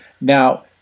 Now